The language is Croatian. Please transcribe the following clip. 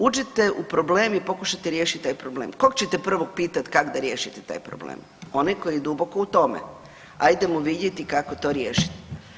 Uđete u problem i pokušate riješiti taj problem kog ćete prvo pitati kako da riješite taj problem, onaj koji je duboko u tome ajdemo vidjeti kako to riješiti.